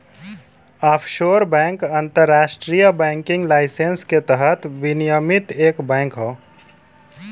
offshore bank अंतरराष्ट्रीय banking license के तहत विनियमित एक बैंक हौ